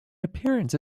appearance